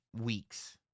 weeks